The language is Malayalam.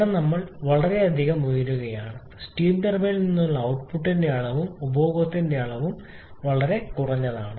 ഇവിടെ ഞങ്ങൾ വളരെയധികം ഉയരുകയാണ് സ്റ്റീം ടർബൈനിൽ നിന്നുള്ള output ട്ട്പുട്ടിന്റെ അളവും ഉപഭോഗത്തിന്റെ വളരെ കുറഞ്ഞ അളവും